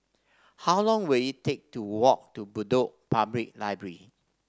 how long will it take to walk to Bedok Public Library